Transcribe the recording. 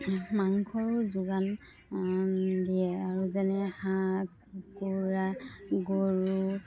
মাংসৰো যোগান দিয়ে আৰু যেনে হাঁহ কুকুৰা গৰু